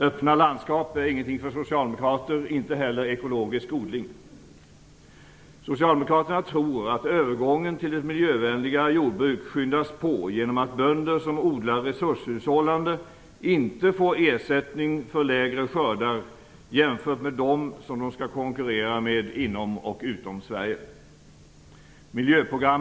Öppna landskap är ingenting för socialdemokrater - inte heller ekologisk odling. Socialdemokraterna tror att övergången till ett miljövänligare jordbruk skyndas på genom att bönder som odlar resurshushållande inte får ersättning för lägre skördar jämfört med dem som de skall konkurrera med inom och utom Sverige.